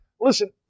Listen